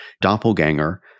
doppelganger